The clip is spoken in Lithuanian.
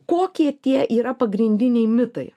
kokie tie yra pagrindiniai mitai